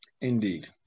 Indeed